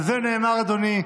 על זה נאמר, אדוני,